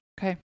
Okay